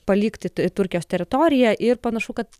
palikti turkijos teritoriją ir panašu kad